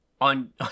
on